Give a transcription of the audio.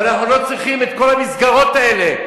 ואנחנו לא צריכים את כל המסגרות האלה.